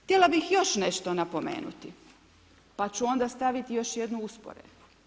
Htjela bih još nešto napomenuti, pa ću onda staviti još jednu usporedbu.